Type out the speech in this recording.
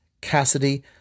Cassidy